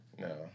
No